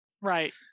Right